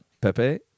Pepe